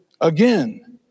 again